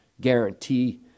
guarantee